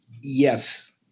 Yes